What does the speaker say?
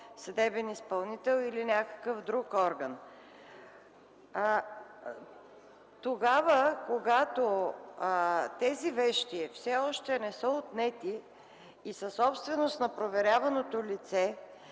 съдебен изпълнител, или някакъв друг орган. Тогава, когато тези вещи все още не са отнети и са собственост на проверяваното лице,